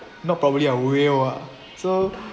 not probably ah will ah so